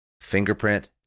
fingerprint